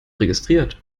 registriert